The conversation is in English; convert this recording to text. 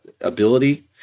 ability